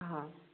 ꯑꯥ